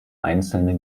einzelne